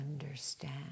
understand